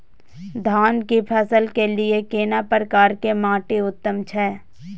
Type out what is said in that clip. धान की फसल के लिये केना प्रकार के माटी उत्तम छै?